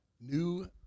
New